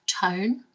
tone